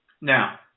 Now